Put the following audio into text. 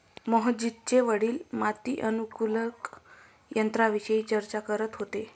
मोहजितचे वडील माती अनुकूलक यंत्राविषयी चर्चा करत होते